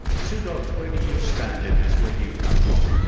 sue dodds, where do you stand in this? where do you come from?